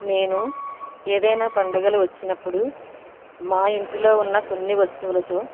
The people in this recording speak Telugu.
నేను ఏదైనా పండుగలు వచ్చినప్పుడు మా ఇంటిలో ఉన్న కొన్ని వస్తువులతో